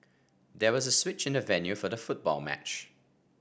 there was a switch in the venue for the football match